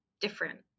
different